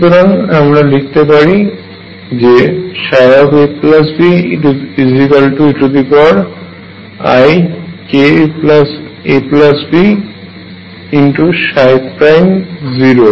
সুতরাং আমরা লিখতে পারি যে abeikabψ